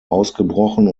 ausgebrochen